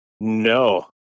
No